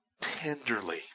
tenderly